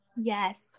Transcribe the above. Yes